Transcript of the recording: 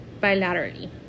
bilaterally